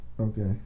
okay